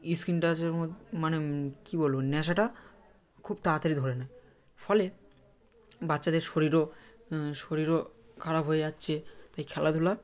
screen টাচের মো মানে কী বলবো নেশাটা খুব তাড়াতাড়ি ধরে নেয় ফলে বাচ্চাদের শরীরও শরীরও খারাপ হয়ে যাচ্ছে তাই খেলাধুলা